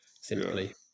simply